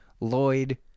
Lloyd